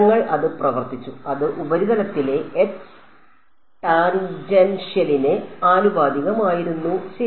ഞങ്ങൾ അത് പ്രവർത്തിച്ചു അത് ഉപരിതലത്തിലെ H ടാൻജെൻഷ്യലിന് ആനുപാതികമായിരുന്നു ശരി